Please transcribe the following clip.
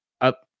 up